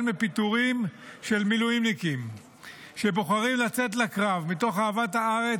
מפיטורים של מילואימניקים שבוחרים לצאת לקרב מתוך אהבת הארץ,